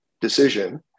decision